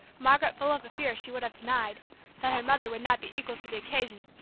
margaret full of a fear she would have denied that her mother would not be equal to the occasion,